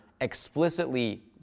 explicitly